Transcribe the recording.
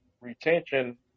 retention